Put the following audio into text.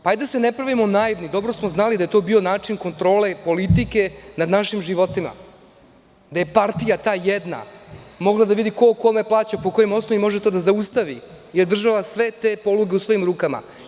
Hajde da se ne pravimo naivni, dobro smo znali da je to bio način kontrole i politike nad našim životima, da je ta jedna partija mogla da vidi ko je kome plaćao i po kojim osnovima može to da zaustavi, jer održava sve te poluge u svojim rukama.